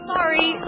Sorry